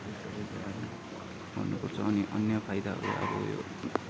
गर्नुपर्छ अनि अन्य फाइदाहरू अब यो